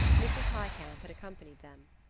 mrs. highcamp had accompanied them.